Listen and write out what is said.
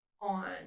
on